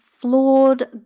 flawed